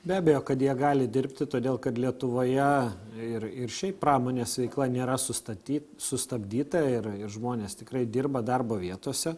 be abejo kad jie gali dirbti todėl kad lietuvoje ir ir šiaip pramonės veikla nėra sustaty sustabdyta ir ir žmonės tikrai dirba darbo vietose